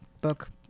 book